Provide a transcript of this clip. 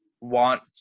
want